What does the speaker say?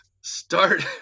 Start